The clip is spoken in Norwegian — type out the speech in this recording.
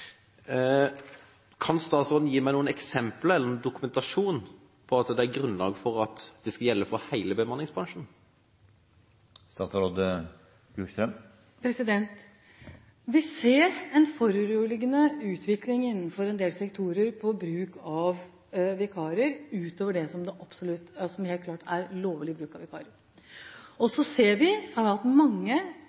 Kan statsråden gi noen eksempler eller noe dokumentasjon som viser at det er grunnlag for at det skal gjelde for hele bemanningsbransjen? Vi ser en foruroligende utvikling innenfor en del sektorer når det gjelder bruk av vikarer, utover det som helt klart er lovlig bruk av vikarer. Så har vi mange dårlige eksempler på bruk av vikarer. Jeg tror vi er enige om at vi har hatt mange